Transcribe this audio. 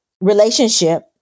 relationship